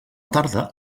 tarda